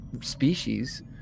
species